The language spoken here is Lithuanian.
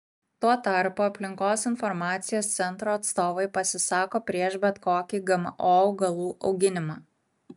tuo tarpu aplinkos informacijos centro atstovai pasisako prieš bet kokį gmo augalų auginimą